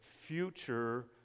future